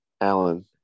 Alan